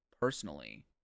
Personally